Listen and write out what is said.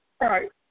right